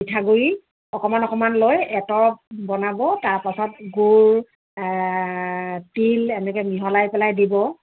পিঠাগুড়ি অকণমান অকণমান লৈ এতৰপ বনাব তাৰপিছত গুড় তিল এনেকৈ মিহলাই পেলাই দিব